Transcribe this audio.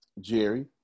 Jerry